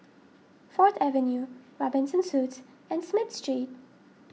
Fourth Avenue Robinson Suites and Smith Street